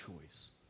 choice